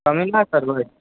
कमी ना करबै